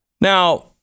Now